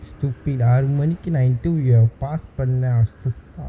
stupid ஆறு மணிக்கு நா:aaru manikku naa interview ah pass பன்ல அவன் செத்தா:panla avan sethaa